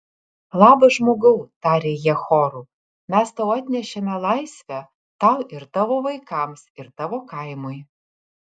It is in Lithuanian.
labas žmogau tarė jie choru mes tau atnešėme laisvę tau ir tavo vaikams ir tavo kaimui